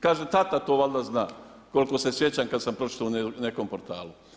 Kaže tata to valjda zna, koliko se sjećam kada sam pročitao u nekom portalu.